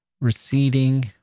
receding